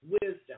Wisdom